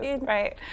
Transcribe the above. right